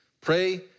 Pray